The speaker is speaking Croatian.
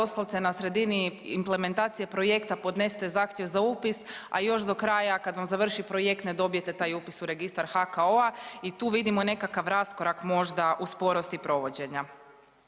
na sredini implementacije projekta podnesete zahtjev za upis, a još do kraja kad vam završi projekt ne dobijete taj upis u registar HKO-a i tu vidimo nekakav raskorak možda u sporosti provođenja.